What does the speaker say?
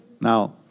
Now